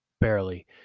barely